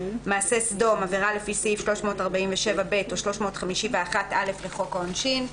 "מעשה סדום" עבירה לפי סעיף 347(ב) או 351(א) לחוק העונשין,